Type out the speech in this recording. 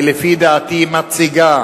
היא לפי דעתי מציגה